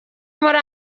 muri